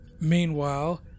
Meanwhile